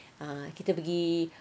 ah kita pergi